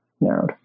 narrowed